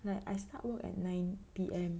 like I start work at nine P_M